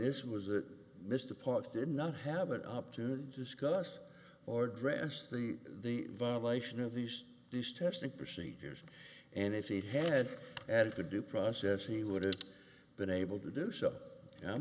this was the mr part did not have an opportunity to discuss or dress the the violation of these these testing procedures and if he had added to due process he would have been able to do so i'm